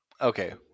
okay